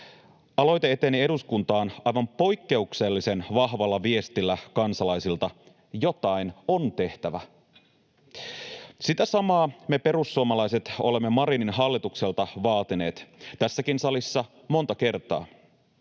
Aloite eteni eduskuntaan aivan poikkeuksellisen vahvalla viestillä kansalaisilta: jotain on tehtävä. Sitä samaa me perussuomalaiset olemme Marinin hallitukselta vaatineet tässäkin salissa monta kertaa.